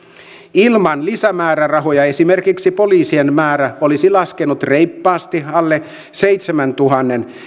ilman lisämäärärahoja esimerkiksi poliisien määrä olisi laskenut reippaasti alle seitsemäntuhannen